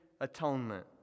atonement